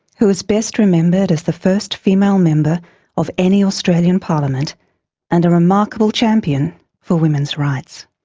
who is best remembered as the first female member of any australian parliament and a remarkable champion for women's rights.